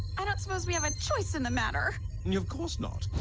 i don't suppose we have a choice in the matter of course not